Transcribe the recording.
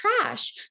trash